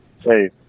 hey